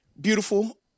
Beautiful